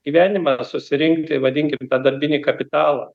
gyvenimą susirinkti vadinkim tą darbinį kapitalą